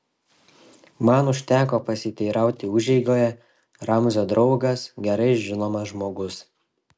man užteko pasiteirauti užeigoje ramzio draugas gerai žinomas žmogus